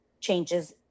changes